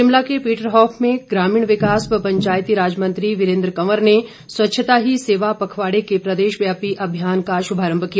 शिमला के पीटरहॉफ में ग्रामीण विकास व पंचायती राज मंत्री वीरेंद्र कंवर ने स्वच्छता ही सेवा पखवाड़े के प्रदेशव्यापी अभियान का शुभारम्भ किया